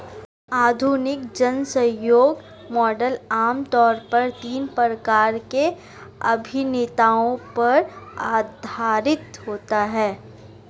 आधुनिक जनसहयोग मॉडल आम तौर पर तीन प्रकार के अभिनेताओं पर आधारित होता है